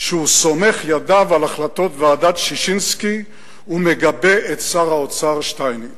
שהוא סומך ידיו על החלטות ועדת-ששינסקי ומגבה את שר האוצר שטייניץ.